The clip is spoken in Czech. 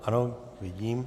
Ano, vidím.